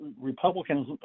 Republicans